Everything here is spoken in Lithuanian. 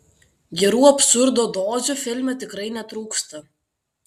gerų absurdo dozių filme tikrai netrūksta